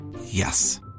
Yes